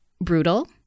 brutal